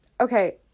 okay